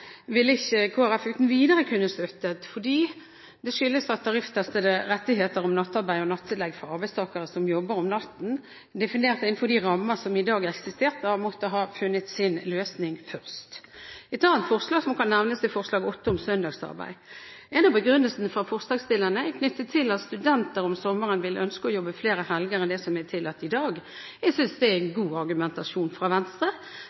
vil Kristelig Folkeparti ikke uten videre kunne støtte. Det skyldes at tariffestede rettigheter om nattarbeid og nattillegg for arbeidstakere som jobber om natten, definert innenfor de rammer som i dag eksisterer, må finne sin løsning først. Et annet forslag som kan nevnes, er forslag nr. 8, om søndagsarbeid. En av begrunnelsene fra forslagsstillerne er knyttet til at studenter om sommeren vil ønske å jobbe flere helger enn det som er tillatt i dag. Jeg synes det er en god argumentasjon fra Venstre,